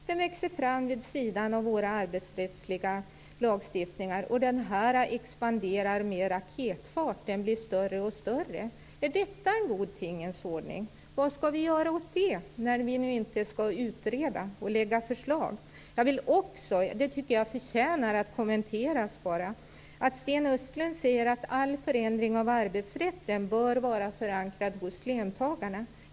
Den växer fram vid sidan av vår arbetsrättsliga lagstiftning och expanderar med raketfart. Är detta en god tingens ordning? Vad skall vi göra åt det här, om vi nu inte skall utreda och lägga fram förslag? Jag tycker också att det förtjänar att kommenteras att Sten Östlund säger att all förändring av arbetsrätten bör vara förankrad hos löntagarna.